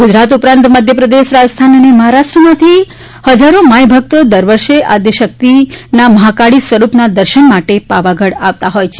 ગુજરાત ઉપરાંત મધ્યપ્રદેશ રાજસ્થાન અને મહારાષ્ટ્રમાંથી હજારો માઈભક્તો દર વર્ષે આદ્યશરેક્તના મહાકાળી સ્વરૂપના દર્શન માટે પાવાગઢ આવતા હોય છે